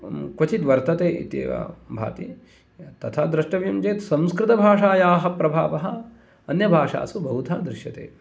क्वचित् वर्तते इत्येव भाति तथा द्रष्टव्यं चेत् संस्कृतभाषायाः प्रभावः अन्यभाषासु बहुधा दृश्यते